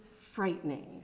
frightening